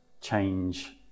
change